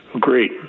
Great